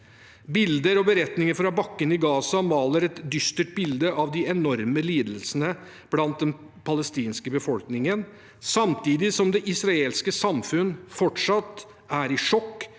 Bilder og beretninger fra bakken i Gaza maler et dystert bilde av de enorme lidelsene blant den palestinske befolkningen, samtidig som det israelske samfunnet fortsatt er i sjokk